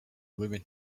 woman